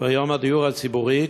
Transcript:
ביום הדיור הציבורי,